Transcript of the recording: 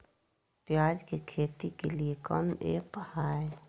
प्याज के खेती के लिए कौन ऐप हाय?